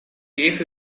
case